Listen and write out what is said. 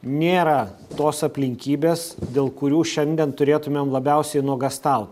nėra tos aplinkybės dėl kurių šiandien turėtumėm labiausiai nuogąstaut